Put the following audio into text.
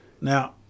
Now